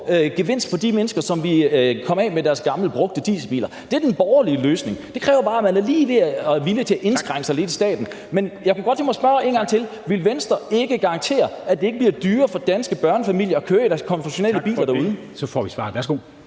gevinst til de mennesker, som kommer af med deres gamle brugte dieselbiler. Det er den borgerlige løsning, men det kræver bare, at man er villig til at indskrænke staten lidt. Men jeg kunne godt tænke mig at spørge en gang til: Vil Venstre garantere, at det ikke bliver dyrere for danske børnefamilier at køre i deres konventionelle biler derude? Kl. 10:32